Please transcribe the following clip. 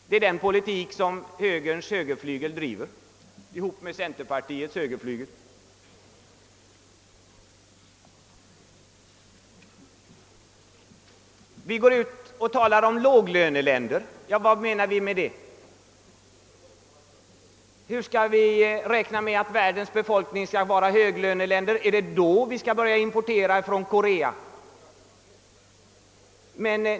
Det är den politik som högerns höger Vad menar vi när vi talar om låglöneländer? Skall vi börja importera från Korea först när det och andra låglöneländer blivit höglöneländer?